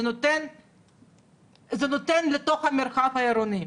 זה נותן לתוך המרחב העירוני.